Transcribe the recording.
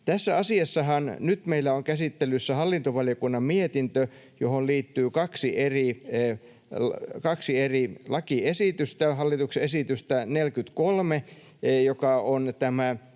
Tässä asiassahan nyt meillä on käsittelyssä hallintovaliokunnan mietintö, johon liittyy kaksi eri lakiesitystä: hallituksen esitys 43, joka on